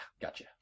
gotcha